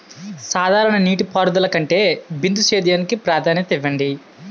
సాధారణ నీటిపారుదల కంటే బిందు సేద్యానికి ప్రాధాన్యత ఇవ్వండి